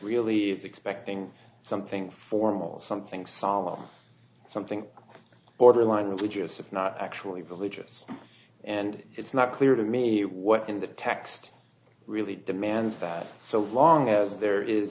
really is expecting something formal something solemn something borderline religious if not actually villagers and it's not clear to me what in the text really demands that so long as there is